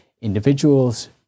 Individuals